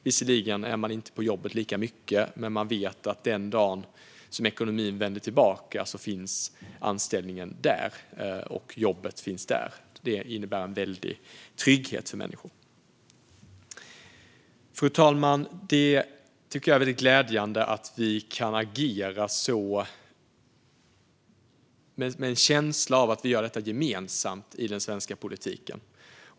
Visserligen är man inte på jobbet lika mycket, men man vet att den dagen ekonomin vänder tillbaka finns anställningen och jobbet där. Det innebär en stor trygghet för människor. Fru talman! Det är glädjande att vi kan agera med en känsla av att vi gör detta gemensamt i den svenska politiken.